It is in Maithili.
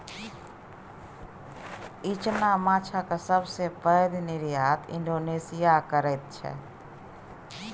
इचना माछक सबसे पैघ निर्यात इंडोनेशिया करैत छै